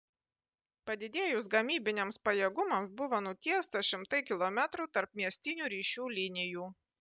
padidėjus gamybiniams pajėgumams buvo nutiesta šimtai kilometrų tarpmiestinių ryšių linijų